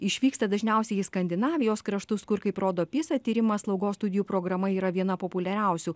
išvyksta dažniausiai į skandinavijos kraštus kur kaip rodo pisa tyrimas slaugos studijų programa yra viena populiariausių